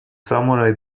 samurai